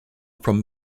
from